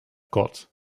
got